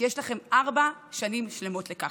כי יש לכם ארבע שנים שלמות לכך.